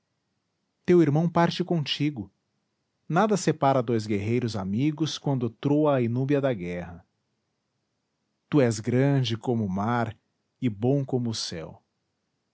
teu irmão parte contigo nada separa dois guerreiros amigos quando troa a inúbia da guerra tu és grande como o mar e bom como o céu